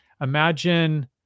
imagine